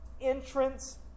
entrance